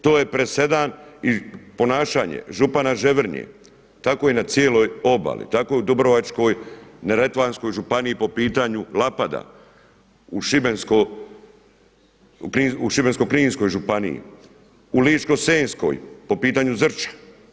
To je presedan i ponašanje župana Ževrnje, tako i na cijeloj obali, tako i u Dubrovačkoj-neretvanskoj županiji po pitanju Lapada, u Šibenskoj-kninskoj županiji, u Ličko-senjskoj po pitanju Zrća.